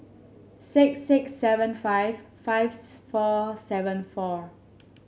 six six seven five five four seven four